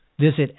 Visit